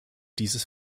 dieses